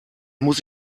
muss